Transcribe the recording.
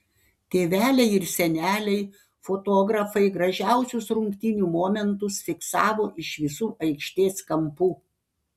tėveliai ir seneliai fotografai gražiausius rungtynių momentus fiksavo iš visų aikštės kampų